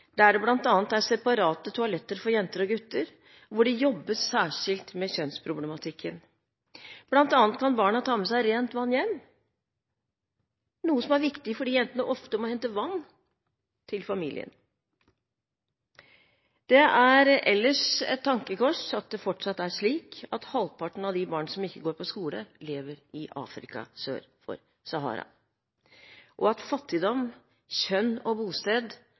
der det bl.a. er separate toaletter for jenter og gutter, og det jobbes særskilt med kjønnsproblematikken. Blant annet kan barna ta med seg rent vann hjem, noe som er viktig fordi jentene ofte må hente vann til familien. Det er ellers et tankekors at det fortsatt er slik at halvparten av de barna som ikke går på skole, lever i Afrika sør for Sahara, og at fattigdom, kjønn og bosted